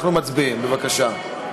אנחנו מצביעים, בבקשה.